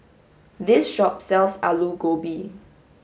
this shop sells Alu Gobi